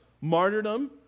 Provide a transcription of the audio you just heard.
martyrdom